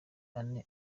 ane